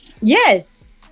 yes